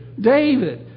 David